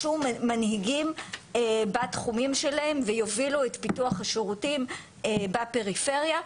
מנהיגים בתחומים שלהם ויובילו את פיתוח השירותים בפריפריה.